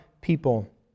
people